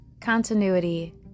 continuity